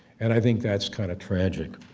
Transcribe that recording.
and i think that's kind of tragic.